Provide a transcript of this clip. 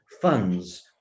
funds